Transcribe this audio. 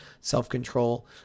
self-control